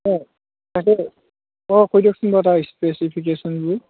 অঁ তাকে অঁ কৈ দিয়কচোন বাৰু তাৰ স্পেচিফিকেশ্যনবোৰ